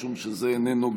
בהתאם להוראת סעיף 11(ב)